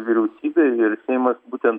vyriausybė ir seimas būtent